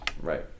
right